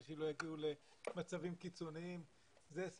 אני יזמתי את הדיון כי היה דיון אצלך,